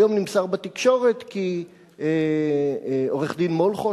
היום נמסר בתקשורת כי עורך-דין מולכו,